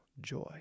joy